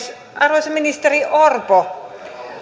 arvoisa ministeri orpo